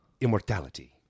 Immortality